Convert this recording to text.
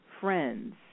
friends